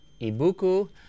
Ibuku